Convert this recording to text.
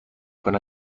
con